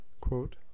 Quote